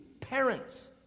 parents